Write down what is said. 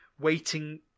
waiting